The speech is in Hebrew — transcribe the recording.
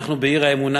אנחנו בעיר-האמונה,